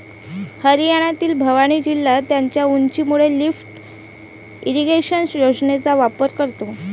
हरियाणातील भिवानी जिल्हा त्याच्या उंचीमुळे लिफ्ट इरिगेशन योजनेचा वापर करतो